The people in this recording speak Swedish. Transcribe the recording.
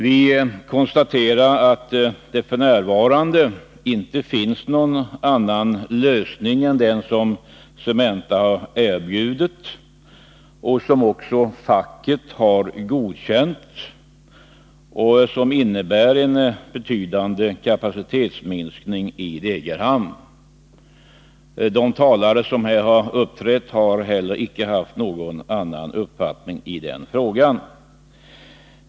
Vi konstaterar att det f. n. icke tycks finnas någon annan lösning än den som Cementa AB har erbjudit och som även facket har godkänt, innebärande en betydande kapacitetsminskning i Degerhamn. De talare som här har tagit till orda har icke heller haft någon annan uppfattning i den frågan.